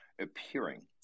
appearing